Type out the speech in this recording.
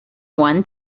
one